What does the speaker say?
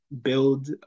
build